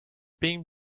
beam